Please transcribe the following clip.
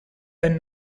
and